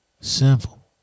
Simple